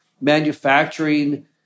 manufacturing